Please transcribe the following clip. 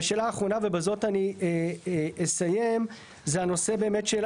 והשאלה האחרונה, ובזאת אני אסיים, זה הנושא באמת.